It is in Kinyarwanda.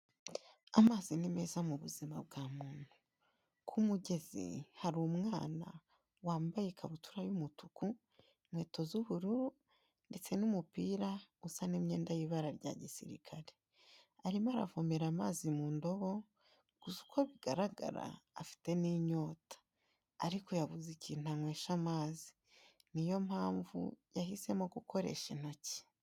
Amazi ni meza mu buzima bwa muntu. Ku mugezi hari umwana wambaye ikabutura y'umutuku, inkweto z'ubururu, ndetse n'umupira usa n'imyenda y'ibara rya gisirikare. Arimo aravomera amazi mu ndobo, gusa uko bigaragara afite n'inyota. Ariko yabuze ikintu anywesha amazi. Niyo mpamvu yahisemo gukoresha intoki.